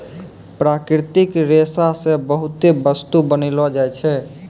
प्राकृतिक रेशा से बहुते बस्तु बनैलो जाय छै